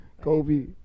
Kobe